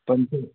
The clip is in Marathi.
पण ते